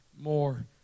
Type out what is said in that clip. more